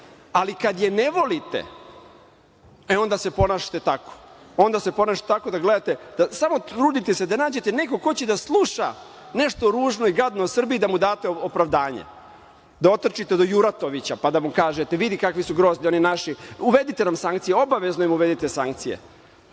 ali kad je ne volite, onda se ponašate tako da gledate, da se samo trudite da nađete nekog ko će da sluša nešto ružno i gadno o Srbiji i da mu date opravdanje, da otrčite do Juratovića, pa da mu kažete – vidi kakvi su grozni oni naši, uvedite nam sankcije, obavezno im uvedite sankcije.